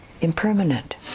impermanent